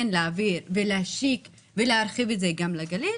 להעביר ולהשיק ולהרחיב את זה גם לגליל,